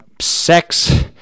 sex